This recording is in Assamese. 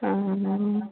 অঁ